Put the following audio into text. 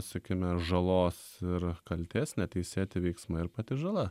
sakykime žalos ir kaltės neteisėti veiksmai ir pati žala